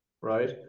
Right